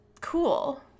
cool